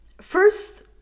first